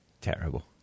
Terrible